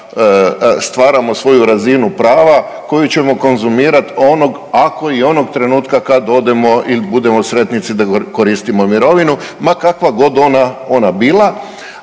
stvaramo svoju razinu prava koju ćemo konzumirati onog, ako i onog trenutka kad odemo ili budemo sretnici da koristimo mirovinu, ma kakav god ona, ona